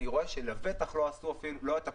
אני רואה שלבטח לא עשו את הכול,